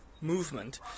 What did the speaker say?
movement